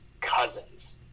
cousins